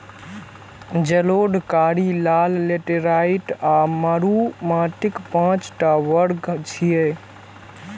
जलोढ़, कारी, लाल, लेटेराइट आ मरु माटिक पांच टा वर्ग छियै